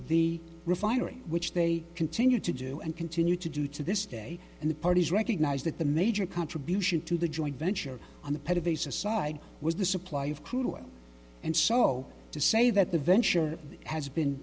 the refinery which they continue to do and continue to do to this day and the parties recognize that the major contribution to the joint venture on the part of a suicide was the supply of crude oil and so to say that the venture has been